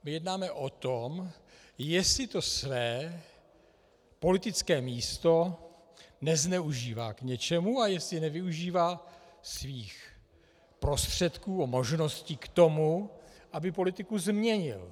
My jednáme o tom, jestli to své politické místo nezneužívá k něčemu a jestli nevyužívá svých prostředků a možností k tomu, aby politiku změnil.